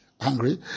angry